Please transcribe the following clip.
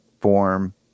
form